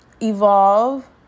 evolve